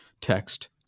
text